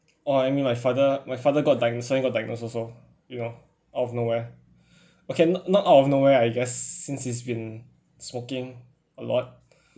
or I mean my father my father got diagnosed got diagnosed also you know out of nowhere okay not not out of nowhere I guess since he's been smoking a lot